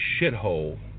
shithole